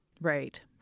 Right